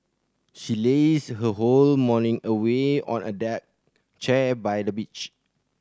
she lazed her whole morning away on a deck chair by the beach